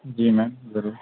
جی ma'am ضرور